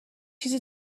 چیزی